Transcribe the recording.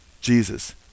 Jesus